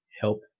help